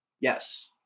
Yes